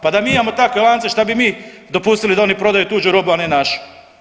Pa da mi imamo takve lance šta bi mi dopustili da oni prodaju tuđu robu, a ne našu.